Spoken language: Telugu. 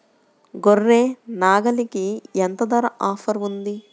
గొర్రె, నాగలికి ఎంత ధర ఆఫర్ ఉంది?